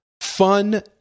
fun